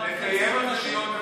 רק בפני ציבור נשים?